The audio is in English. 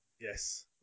yes